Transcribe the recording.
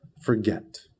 forget